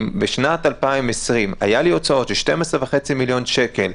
אם בשנת 2020 היו לי הוצאות של 12.5 מיליון שקל,